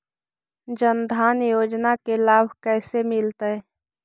जन धान योजना के लाभ कैसे मिलतै?